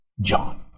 John